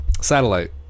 satellite